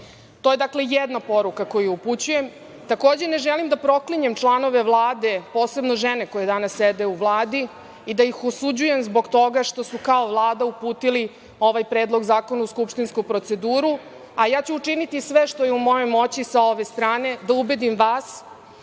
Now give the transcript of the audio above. To je, dakle, jedna poruka koju upućujem. Takođe, ne želim da proklinjem članove Vlade, posebno žene koje danas sede u Vladi, i da ih osuđujem zbog toga što su kao Vlada uputili ovaj Predlog zakona u skupštinsku proceduru, a ja ću učiniti sve što je u mojoj moći sa ove strane da ubedim vas